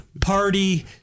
party